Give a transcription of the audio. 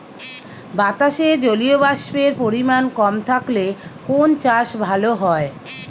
বাতাসে জলীয়বাষ্পের পরিমাণ কম থাকলে কোন চাষ ভালো হয়?